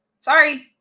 Sorry